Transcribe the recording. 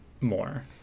more